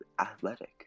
athletic